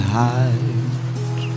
hide